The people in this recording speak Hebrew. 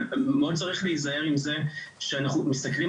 אבל מאוד צריך להיזהר עם זה שאנחנו מסתכלים